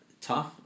tough